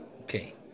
Okay